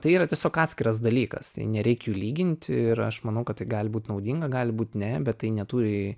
tai yra tiesiog atskiras dalykas tai nereik jų lyginti ir aš manau kad tai gali būti naudinga gali būti ne bet tai neturi